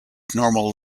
normal